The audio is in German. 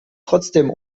trotzdem